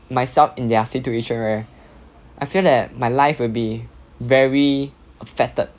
myself in their situation where I feel that my life will be very affected